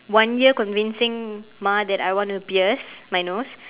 one year convincing ma that I want to pierce my nose